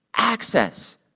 Access